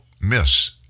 miss